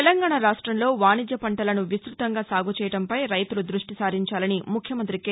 తెలంగాణా రాష్టంలో వాణిజ్య పంటలను విస్తృతంగా సాగుచేయడంపై రైతులు దృష్టి సారించాలని ముఖ్యమంత్రి కె